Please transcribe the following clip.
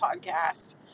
podcast